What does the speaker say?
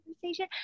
conversation